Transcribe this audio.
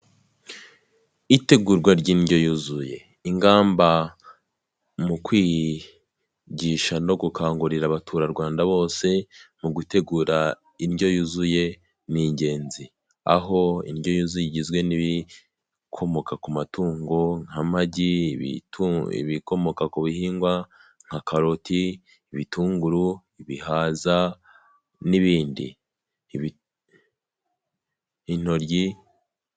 Itegurwa ry'indyo yuzuye, ingamba mu kwigisha no gukangurira abaturarwanda bose mu gutegura indyo yuzuye ni ingenzi. Aho indyo yuzuye igizwe n'ibikomoka ku matungo nk'amagi, ibikomoka ku bihingwa, nka karoti, ibitunguru ibihaza n'ibindi intoryi.